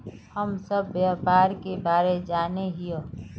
हम सब व्यापार के बारे जाने हिये?